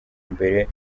mbere